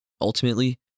Ultimately